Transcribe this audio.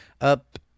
up